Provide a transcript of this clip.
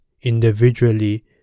individually